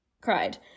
cried